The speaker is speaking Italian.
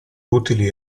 utili